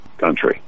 country